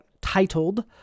titled